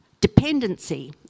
dependency